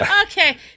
Okay